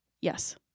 Yes